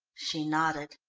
she nodded.